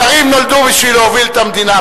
שרים נולדו בשביל להוביל את המדינה,